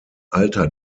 alter